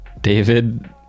david